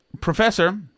professor